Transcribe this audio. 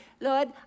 Lord